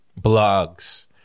blogs